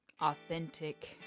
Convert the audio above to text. authentic